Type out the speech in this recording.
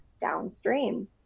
downstream